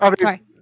Sorry